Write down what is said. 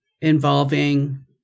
involving